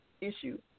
issue